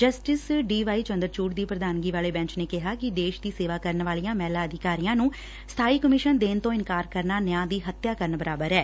justice D Y Chandrachud ਦੀ ਪ੍ਰਧਾਨਗੀ ਵਾਲੇ ਬੈਂਚ ਨੇ ਕਿਹਾ ਕਿ ਦੇਸ਼ ਦੀ ਸੇਵਾ ਕਰਨ ਵਾਲੀਆਂ ਮਹਿਲਾ ਅਧਿਕਾਰੀਆਂ ਨੂੰ ਸਬਾਈ ਕਮਿਸਨ ਦੇਣ ਤੋਂ ਇਨਕਾਰ ਕਰਨਾ ਨਿਆਂ ਦੀ ਹੱਤਿਆ ਕਰਨ ਬਰਾਬਰ ਐ